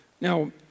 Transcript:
Now